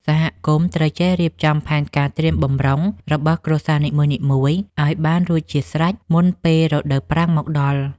សហគមន៍ត្រូវចេះរៀបចំផែនការត្រៀមបម្រុងរបស់គ្រួសារនីមួយៗឱ្យបានរួចជាស្រេចមុនពេលរដូវប្រាំងមកដល់។